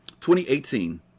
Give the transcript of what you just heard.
2018